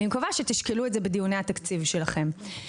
אני מקווה שתשקלו את זה בדיוני התקציב שלכם.